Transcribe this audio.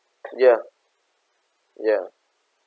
ya ya